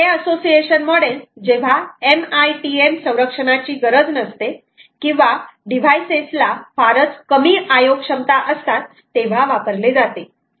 हे association model जेव्हा MITM संरक्षणाची गरज नसते किंवा डिव्हाइसेस ला फारच कमी IO क्षमता असतात तेव्हा वापरले जाते